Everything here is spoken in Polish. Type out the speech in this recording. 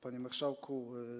Panie Marszałku!